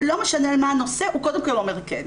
לא משנה מה הנושא הוא קודם כל אומר 'כן'.